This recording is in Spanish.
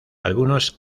algunos